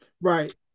Right